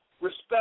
respect